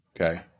Okay